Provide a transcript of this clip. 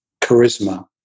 charisma